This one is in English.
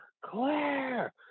Claire